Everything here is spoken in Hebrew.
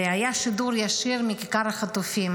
והיה שידור ישיר מכיכר החטופים,